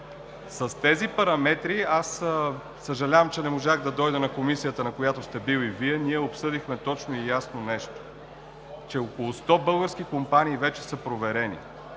С тези параметри, аз съжалявам, че не можах да дойда на Комисията, на която сте бил и Вие. Ние обсъдихме точно и ясно нещо – около 100 български компании вече са проверени.